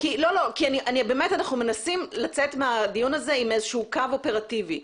אנחנו מנסים לצאת מהדיון הזה עם איזשהו קו אופרטיבי,